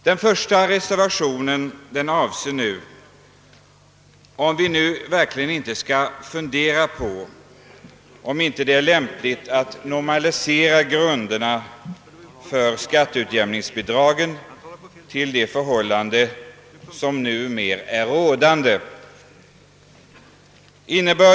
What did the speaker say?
Den första reservationen avser frågan om vi inte skall normalisera grunderna för skatteutjämningsbidragen efter de förhållanden som numera är rådande.